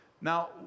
Now